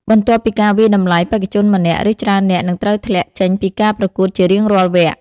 បន្ទាប់ពីការវាយតម្លៃ បេក្ខជនម្នាក់ ឬច្រើននាក់នឹងត្រូវធ្លាក់ចេញពីការប្រកួតជារៀងរាល់វគ្គ។